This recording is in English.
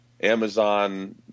Amazon